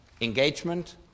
engagement